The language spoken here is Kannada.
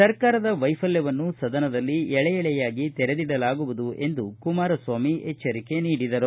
ಸರ್ಕಾರದ ವೈಫಲ್ಡವನ್ನು ಸದನದಲ್ಲಿ ಎಳೆ ಎಳೆಯಾಗಿ ತೆರೆದಿಡಲಾಗುವುದು ಎಂದು ಕುಮಾರಸ್ವಾಮಿ ಎಚ್ವರಿಕೆ ನೀಡಿದರು